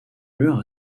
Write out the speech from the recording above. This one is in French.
lueur